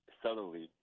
subtly